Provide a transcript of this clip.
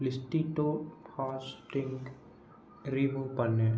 லிஸ்டிக்டோ ஹாஷ்ட்டிங்க் ரீமூவ் பண்ணு